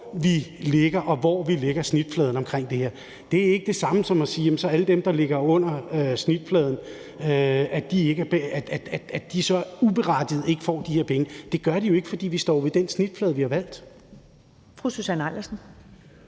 eller hvor vi lægger snittet i det her. Det er ikke det samme som at sige, at alle dem, der ligger under snittet, uberettiget ikke får de her penge. Det gør de ikke, for vi står jo ved den snitflade, vi har valgt.